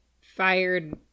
fired